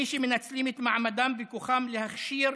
מי שמנצלים את מעמדם וכוחם להכשיר